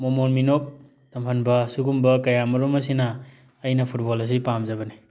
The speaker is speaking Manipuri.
ꯃꯃꯣꯟ ꯃꯤꯅꯣꯛ ꯇꯝꯍꯟꯕ ꯁꯤꯒꯨꯝꯕ ꯀꯌꯥꯃꯔꯨꯝ ꯑꯁꯤꯅ ꯑꯩꯅ ꯐꯨꯠꯕꯣꯜ ꯑꯁꯤ ꯄꯥꯝꯖꯕꯅꯤ